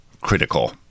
critical